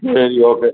ശരി ഓക്കെ